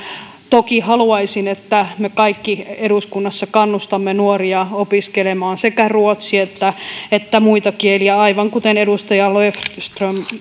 toki haluaisin että me kaikki eduskunnassa kannustamme nuoria opiskelemaan sekä ruotsia että muita kieliä aivan kuten edustaja löfström